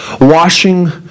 washing